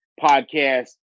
podcast